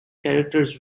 characters